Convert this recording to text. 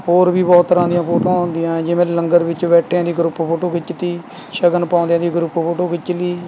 ਹੋਰ ਵੀ ਬਹੁਤ ਤਰ੍ਹਾਂ ਦੀਆਂ ਫੋਟੋਆਂ ਹੁੰਦੀਆਂ ਏ ਜਿਵੇਂ ਲੰਗਰ ਵਿੱਚ ਬੈਠਿਆਂ ਦੀ ਗਰੁੱਪ ਫੋਟੋ ਖਿੱਚ ਤੀ ਸ਼ਗਨ ਪਾਉਂਦਿਆਂ ਦੀ ਗਰੁੱਪ ਫੋਟੋ ਖਿੱਚ ਲਈ